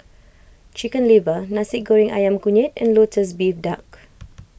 Chicken Liver Nasi Goreng Ayam Kunyit and Lotus Leaf Duck